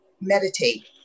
meditate